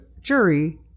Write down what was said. jury